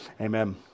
Amen